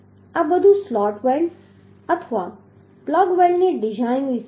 તેથી આ બધું સ્લોટ વેલ્ડ અથવા પ્લગ વેલ્ડની ડિઝાઇન વિશે છે